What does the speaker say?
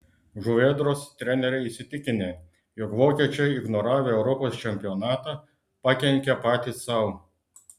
žuvėdros treneriai įsitikinę jog vokiečiai ignoravę europos čempionatą pakenkė patys sau